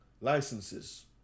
licenses